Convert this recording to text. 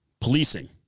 policing